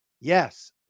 Yes